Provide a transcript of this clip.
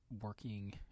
working